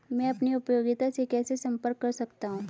मैं अपनी उपयोगिता से कैसे संपर्क कर सकता हूँ?